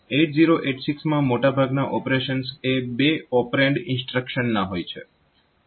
8086 માં મોટા ભાગના ઓપરેશન્સ એ બે ઓપરેન્ડ ઇન્સ્ટ્રક્શનના હોય છે